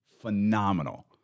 phenomenal